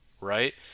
right